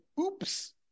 oops